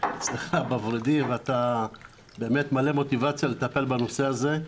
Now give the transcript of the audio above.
אצלך בוורידים ואתה מלא מוטיבציה לטפל בנושא הזה.